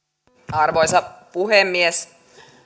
arvoisa puhemies